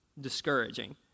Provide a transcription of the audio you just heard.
discouraging